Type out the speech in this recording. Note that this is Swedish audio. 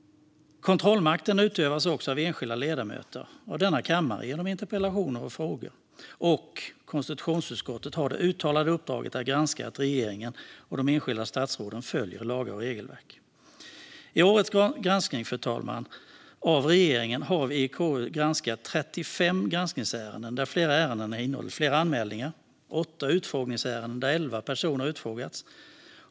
Kontrollmakten utövas också av enskilda ledamöter av denna kammare genom interpellationer och frågor. Och konstitutionsutskottet har det uttalade uppdraget att granska att regeringen och de enskilda statsråden följer lagar och regelverk. Fru talman! I årets granskning av regeringen har vi i KU hanterat 35 granskningsärenden, där flera ärenden har innehållit flera anmälningar. Vi har haft åtta utfrågningsärenden där elva personer har utfrågats.